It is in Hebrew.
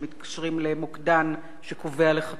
שמתקשרים למוקדן שקובע לך תור,